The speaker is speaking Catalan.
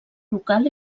local